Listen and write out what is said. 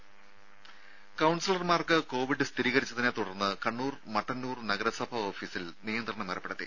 രും കൌൺസിലർമാർക്ക് കോവിഡ് സ്ഥിരീകരിച്ചതിനെ തുടർന്ന് കണ്ണൂർ മട്ടന്നൂർ നഗരസഭാ ഓഫീസിൽ നിയന്ത്രണം ഏർപ്പെടുത്തി